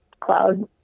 cloud